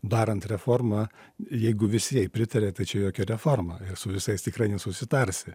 darant reformą jeigu visi jai pritaria tai čia jokia reforma su visais tikrai nesusitarsi